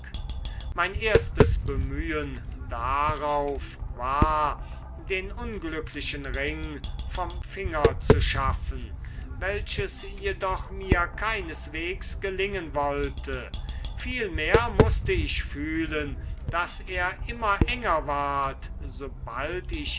mein erstes bemühen darauf war den unglücklichen ring vom finger zu schaffen welches jedoch mir keineswegs gelingen wollte vielmehr mußte ich fühlen daß er immer enger ward sobald ich